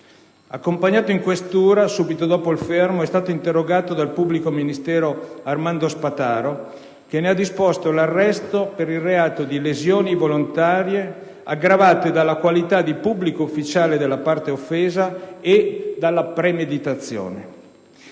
Accompagnato in questura, subito dopo il fermo, è stato interrogato dal pubblico ministero Armando Spataro, che ne ha disposto l'arresto per il reato di lesioni volontarie aggravate dalla qualità di pubblico ufficiale della parte offesa e dalla premeditazione.